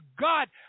God